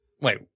Wait